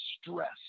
stress